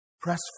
Press